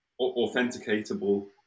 authenticatable